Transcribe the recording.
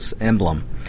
emblem